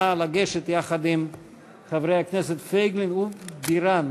נא לגשת יחד עם חברי הכנסת פייגלין ובירן.